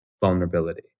Vulnerability